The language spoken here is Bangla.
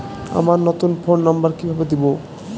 আমার নতুন ফোন নাম্বার কিভাবে দিবো?